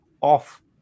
off